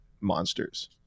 monsters